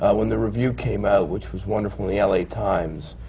ah when the review came out, which was wonderful, in the l a. times,